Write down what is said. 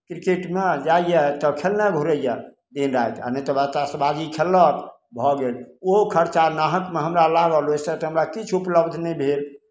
क्रिकेटमे जाइए तऽ खेलने घुरैए दिन राति नहि तऽ उएह ताशबाजी खेललक भऽ गेल ओहो खर्चा नाहकमे हमरा लागल ओहिसँ तऽ हमरा किछु उपलब्ध नहि भेल